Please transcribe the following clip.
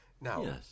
Now